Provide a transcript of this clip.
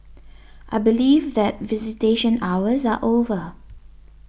I believe that visitation hours are over